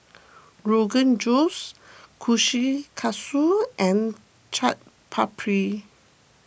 Rogan Josh Kushikatsu and Chaat Papri